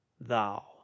thou